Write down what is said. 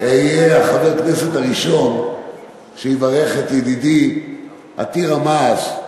שאני אהיה חבר הכנסת הראשון שיברך את ידידי עתיר המעש,